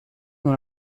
dans